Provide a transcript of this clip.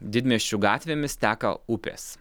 didmiesčių gatvėmis teka upės